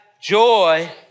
joy